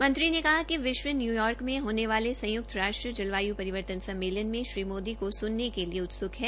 मंत्री ने कहा कि विश्व न्यूयार्क में होने वाले संयुक्त राष्ट्र जलवायु परिवर्तन सम्मेलन में श्री मोदी को सुनने के लिए उत्सुक है